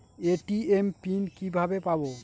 ATM PIN কিভাবে পাবো?